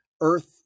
Earth